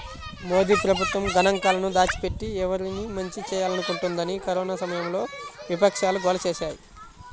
మోదీ ప్రభుత్వం గణాంకాలను దాచిపెట్టి, ఎవరికి మంచి చేయాలనుకుంటోందని కరోనా సమయంలో విపక్షాలు గోల చేశాయి